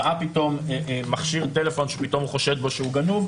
ראה פתאום מכשיר טלפון שפתאום הוא חושד בו שהוא גנוב,